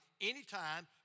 anytime